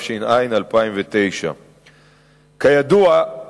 התש"ע 2009. כידוע,